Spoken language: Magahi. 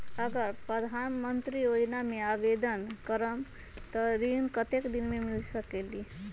अगर प्रधानमंत्री योजना में आवेदन करम त ऋण कतेक दिन मे मिल सकेली?